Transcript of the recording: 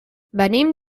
venim